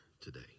today